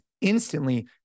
instantly